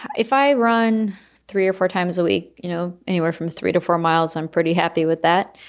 if i run three or four times a week, you know, anywhere from three to four miles, i'm pretty happy with that.